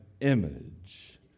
image